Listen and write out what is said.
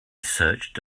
searched